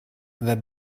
that